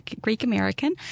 Greek-American